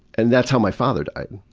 and that's how my father died.